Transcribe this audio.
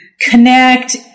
connect